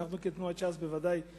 ואנחנו כתנועת ש"ס בוודאי נדאג,